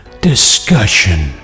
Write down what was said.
Discussion